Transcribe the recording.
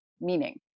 meaning